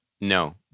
No